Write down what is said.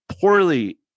poorly